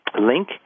link